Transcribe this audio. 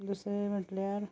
दुसरें म्हणल्यार